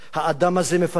האדם הזה מפתח שנאה,